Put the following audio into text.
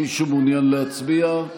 מישהו מעוניין להצביע?